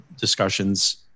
discussions